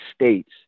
states